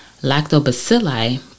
Lactobacilli